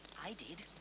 i did.